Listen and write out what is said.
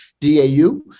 dau